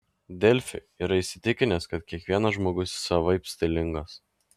delfi yra įsitikinęs kad kiekvienas žmogus savaip stilingas